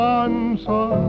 answer